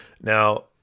now